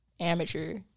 Amateur